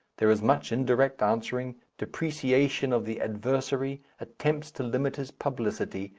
there is much indirect answering, depreciation of the adversary, attempts to limit his publicity,